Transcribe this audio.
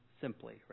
simply